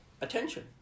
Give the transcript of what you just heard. attention